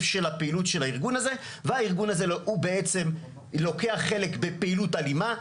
הפעילות של הארגון הזה והארגון הזה בעצם לוקח חלק בפעילות אלימה.